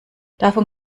davon